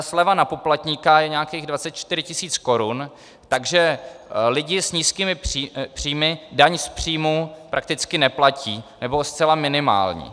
Sleva na poplatníka je nějakých 24 tisíc korun, takže lidi s nízkými příjmy daň z příjmu prakticky neplatí, nebo zcela minimální.